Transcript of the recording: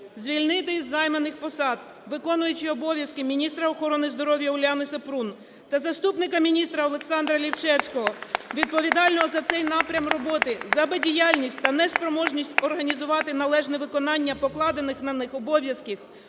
звільнити із займаних посад: виконуючого обов'язки міністра охорони здоров'я Уляну Супрун та заступника міністра Олександра Лінчевського, відповідального за цей напрям роботи, за бездіяльність та неспроможність організувати належне виконання покладених на них обов'язків